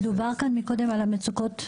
דובר כאן קודם על המצוקות,